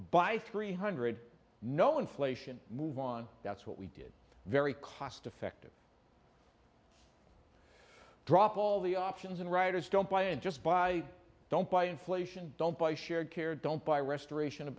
by three hundred no inflation move on that's what we did very cost effective drop all the options and writers don't buy and just buy don't buy inflation don't buy shared care don't buy restoration of